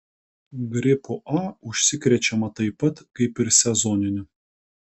gripu a užsikrečiama taip pat kaip ir sezoniniu